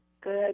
Good